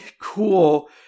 cool